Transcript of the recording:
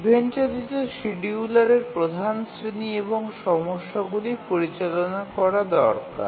event চালিত শিডিয়ুলারের প্রধান শ্রেণি এবং সমস্যাগুলি পরিচালনা করা দরকার